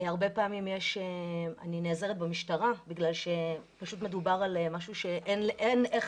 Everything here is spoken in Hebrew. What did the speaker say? הרבה פעמים אני נעזרת במשטרה בגלל שפשוט מדובר על משהו שאין איך